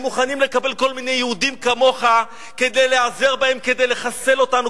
הם מוכנים לקבל כל מיני יהודים כמוך כדי להיעזר בהם כדי לחסל אותנו,